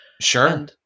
Sure